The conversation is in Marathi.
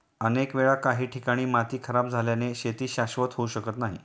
अनेक वेळा काही ठिकाणी माती खराब झाल्याने शेती शाश्वत होऊ शकत नाही